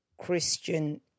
Christian